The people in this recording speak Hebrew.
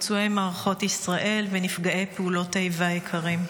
פצועי מערכות ישראל ונפגעי פעולות האיבה היקרים,